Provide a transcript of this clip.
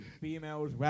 females